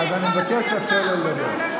אז אני מבקש לא להפריע לו לדבר.